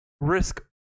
risk